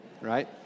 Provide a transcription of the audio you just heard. right